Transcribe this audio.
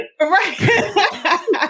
Right